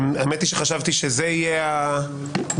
האמת היא שחשבתי שזה יהיה הדיון,